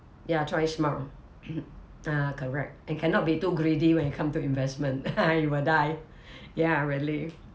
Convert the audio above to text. ya try small ah correct and cannot be too greedy when it come to investment you will die ya really